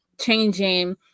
changing